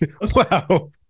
wow